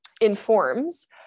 informs